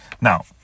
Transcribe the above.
Now